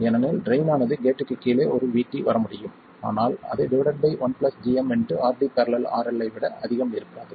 ஏனெனில் ட்ரைன் ஆனது கேட்க்கு கீழே ஒரு VT வர முடியும் ஆனால் அது டிவைடட் பை 1 gmRD ║ RL ஐ விட அதிகம் இருக்காது